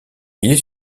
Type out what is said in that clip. est